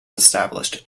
established